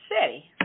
City